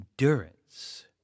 endurance